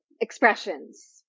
expressions